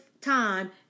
time